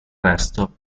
resto